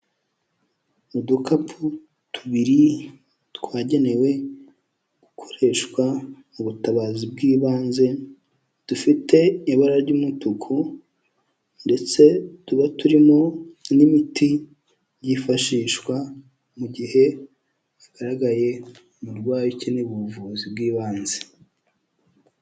Udukapu tubiri twagenewe gukoreshwa mu butabazi bw'ibanze dufite ibara ry'umutuku, ndetse tuba turimo n'imiti yifashishwa mu gihe hagaragaye umurwayi ukeneye ubuvuzi bw'ibanze.